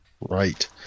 Right